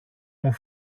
μου